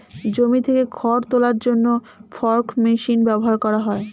জমি থেকে খড় তোলার জন্য ফর্ক মেশিন ব্যবহার করা হয়